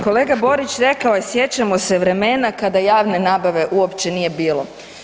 Kolega Borić rekao je sjećamo se vremena kada javne nabave uopće nije bilo.